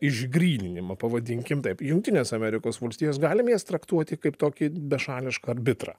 išgryninimą pavadinkim taip jungtines amerikos valstijas galim jas traktuoti kaip tokį bešališką arbitrą